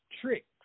tricks